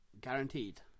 guaranteed